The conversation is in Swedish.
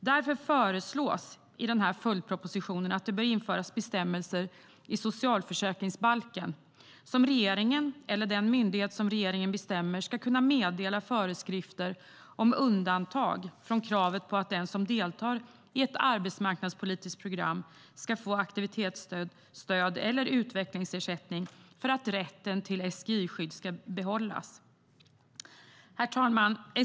Därför föreslås i följdpropositionen att det bör införas bestämmelser i socialförsäkringsbalken som innebär att regeringen, eller den myndighet som regeringen utser, ska kunna meddela föreskrifter om undantag från kravet att den som deltar i ett arbetsmarknadspolitiskt program ska få aktivitetsstöd eller utvecklingsersättning för att rätten till SGI-skydd ska behållas. Herr talman!